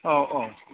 औ औ